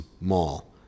mall